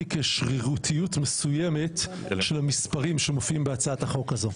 כשרירותיות מסוימת של המספרים שמופיעים בהצעת החוק הזו,